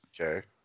Okay